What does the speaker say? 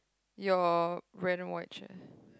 your red and white shirt